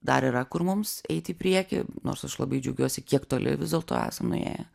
dar yra kur mums eit į priekį nors aš labai džiaugiuosi kiek toli vis dėlto esam nuėję